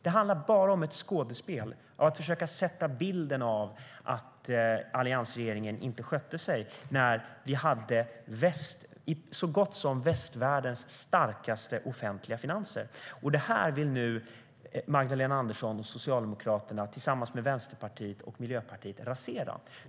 Det handlar bara om ett skådespel och att försöka sätta bilden av att alliansregeringen inte skötte sig när vi hade så gott som västvärldens starkaste offentliga finanser. Det vill nu Magdalena Andersson och Socialdemokraterna tillsammans med Vänsterpartiet och Miljöpartiet rasera.